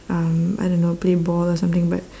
um I don't know play ball or something but